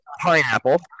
pineapple